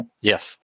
Yes